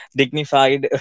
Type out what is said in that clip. dignified